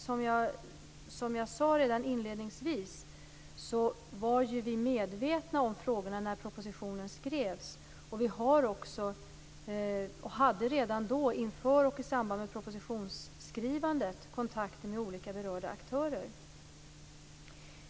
Som jag sade redan inledningsvis var vi medvetna om frågorna när propositionen skrevs. Vi har också, och hade redan inför och i samband med propositionsskrivandet, kontakter med olika berörda aktörer.